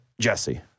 Jesse